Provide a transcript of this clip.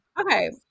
Okay